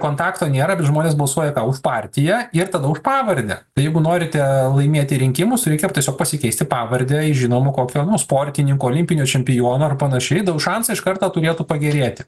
kontakto nėra bet žmonės balsuoja ką už partiją ir tada už pavardę tai jeigu norite laimėti rinkimus reikia tiesiog pasikeisti pavardę į žinomo kokio nu sportininko olimpinio čempiono ar panašiai šansai iš karto turėtų pagerėti